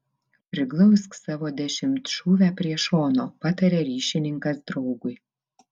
priglausk savo dešimtšūvę prie šono pataria ryšininkas draugui